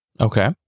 Okay